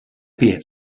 pie